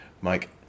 Mike